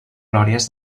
glòries